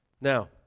now